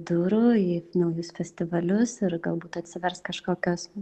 durų į naujus festivalius ir galbūt atsivers kažkokios